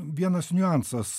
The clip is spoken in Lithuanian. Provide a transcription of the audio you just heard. vienas niuansas